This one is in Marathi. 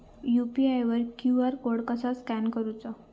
यू.पी.आय वर क्यू.आर कोड कसा स्कॅन करूचा?